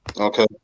Okay